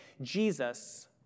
...Jesus